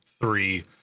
three